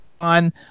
on